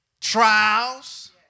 Trials